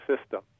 system